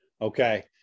Okay